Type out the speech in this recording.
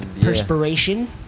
perspiration